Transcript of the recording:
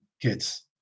kids